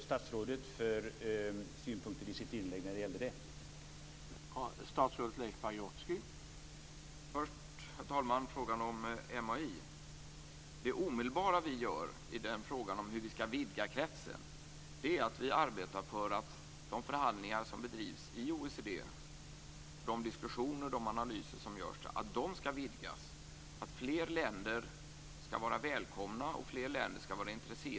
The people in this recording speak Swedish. Vilka synpunkter hade statsrådet på detta i sitt inlägg?